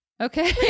Okay